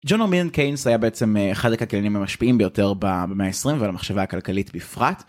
ג'ון ארמינד קיינס היה בעצם אחד הכלכלנים המשפיעים ביותר במאה ה-20 ועל המחשבה הכלכלית בפרט.